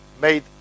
made